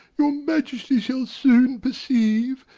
your majesty shall soon perceive,